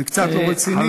זה קצת לא רציני.